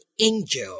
angel